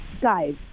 guys